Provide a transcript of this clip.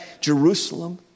Jerusalem